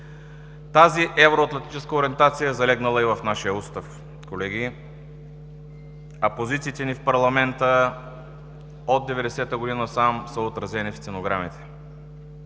Тази евроатлантическа ориентация е залегнала и в нашия устав, колеги, а позициите ни в парламента от 1990 г. насам са отразени в стенограмите.